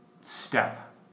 step